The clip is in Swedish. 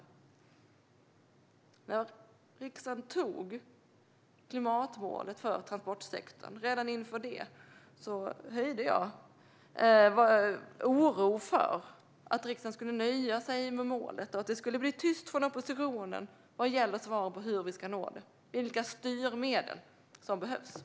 Redan inför att riksdagen skulle anta klimatmålet för transportsektorn hyste jag oro för att riksdagen skulle nöja sig med målet och för att det skulle bli tyst från oppositionen vad gäller svaren på hur vi ska nå det och vilka styrmedel som behövs.